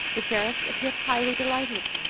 the sheriffs appeared highly delighted.